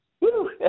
Woo